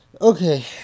Okay